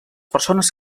persones